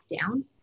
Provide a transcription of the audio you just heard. down